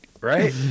Right